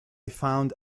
found